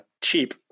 cheap